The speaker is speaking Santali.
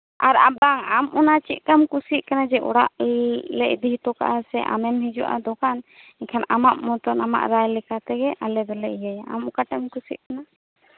ᱟᱨ ᱵᱟᱝ ᱟᱢ ᱚᱱᱟ ᱪᱮᱫ ᱞᱮᱠᱟᱢ ᱠᱩᱥᱤᱜ ᱠᱟᱱᱟ ᱡᱮ ᱚᱲᱟᱜ ᱞᱮ ᱤᱫᱤ ᱦᱚᱴᱚ ᱠᱟᱜᱼᱟ ᱥᱮ ᱟᱢᱮᱢ ᱦᱤᱡᱩᱜᱼᱟ ᱫᱚᱠᱟᱱ ᱢᱮᱱᱠᱷᱟᱱ ᱟᱢᱟᱜ ᱢᱚᱛ ᱟᱢᱟᱜ ᱨᱚᱲ ᱞᱮᱠᱟᱛᱮ ᱟᱞᱮ ᱫᱚᱞᱮ ᱤᱭᱟᱹᱭᱟ ᱟᱢ ᱚᱠᱟᱴᱟᱜ ᱮᱢ ᱠᱩᱥᱤᱜ ᱠᱟᱱᱟ